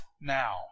now